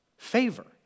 favor